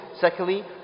Secondly